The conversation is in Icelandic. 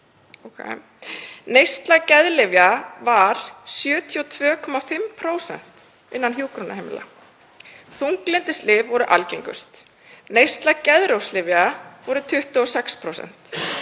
Neysla geðlyfja var 72,5% innan hjúkrunarheimila. Þunglyndislyf voru algengust, neysla geðrofslyfja var 26%,